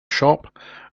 shop